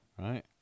right